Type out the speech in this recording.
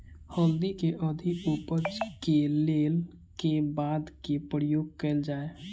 हल्दी केँ अधिक उपज केँ लेल केँ खाद केँ प्रयोग कैल जाय?